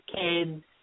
kids